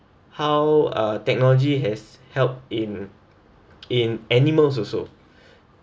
how uh technology has helped in in animals also